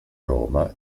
roma